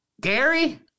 Gary